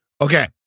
Okay